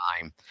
time